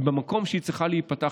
ובמקום שהיא צריכה להיפתח,